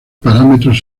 parámetros